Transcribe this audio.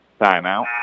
timeout